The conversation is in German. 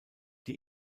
die